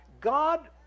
God